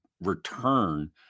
return